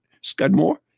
Scudmore